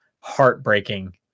heartbreaking